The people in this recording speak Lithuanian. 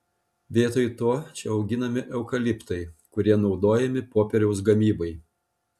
vietoj to čia auginami eukaliptai kurie naudojami popieriaus gamybai